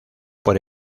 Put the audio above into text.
por